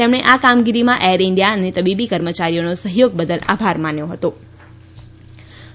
તેમણે આ કામગીરીમાં એર ઇન્ડિયા અને તબીબી કર્મચારીઓનો સહયોગ બદલ આભાર માન્યો હતો